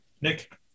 Nick